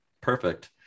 perfect